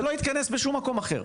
זה לא יתכנס בשום מקום אחר.